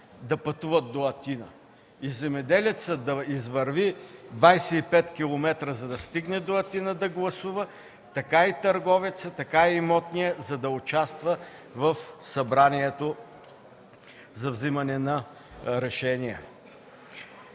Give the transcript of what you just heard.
да пътуват до Атина – и земеделецът да извърви 25 км, за да стигне до Атина да гласува, и търговецът, така и имотният, за да участва в събранието за взимане на решения.